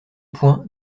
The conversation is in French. point